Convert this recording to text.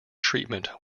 treatment